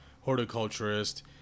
horticulturist